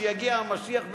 לפני שיגיע המשיח,